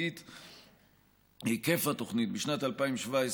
היקף התוכנית בשנת 2017,